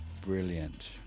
brilliant